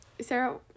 Sarah